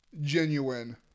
genuine